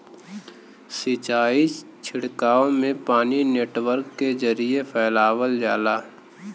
सिंचाई छिड़काव में पानी नेटवर्क के जरिये फैलावल जाला